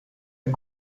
den